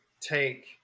take